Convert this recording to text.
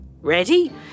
Ready